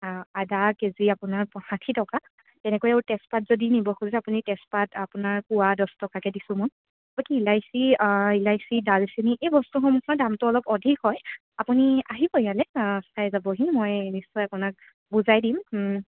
আদা কেজি আপোনাৰ প ষাঠি টকা তেনেকৈ আৰু তেজপাত যদি নিব খুজে আপুনি তেজপাত আপোনাৰ পোৱা দহ টকাকৈ দিছোঁ মই বাকী ইলাচি ইলাচি ডালচেনি এই বস্তুসমূহৰ দামটো অলপ অধিক হয় আপুনি আহিব ইয়ালৈ চাই যাবহি মই নিশ্চয় আপোনাক বুজাই দিম